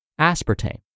aspartame